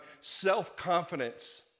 self-confidence